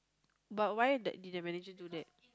but why like did the manager do that